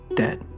dead